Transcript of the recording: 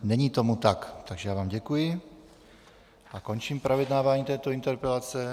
Není tomu tak, takže já vám děkuji a končím projednávání této interpelace.